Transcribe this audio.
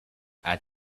add